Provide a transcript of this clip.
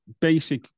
basic